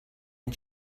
and